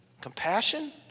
compassion